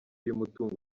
y’umutungo